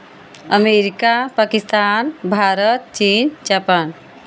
America Pakistan Bharat चीन Japan